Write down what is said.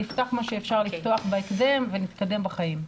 נפתח מה שאפשר לפתוח בהקדם ונתקדם בחיים.